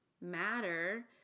matter